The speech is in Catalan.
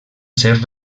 ser